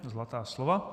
Zlatá slova.